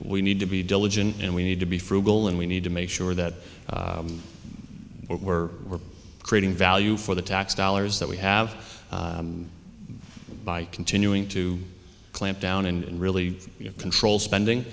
we need to be diligent and we need to be frugal and we need to make sure that we're creating value for the tax dollars that we have by continuing to clamp down and really control spending